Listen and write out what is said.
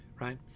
right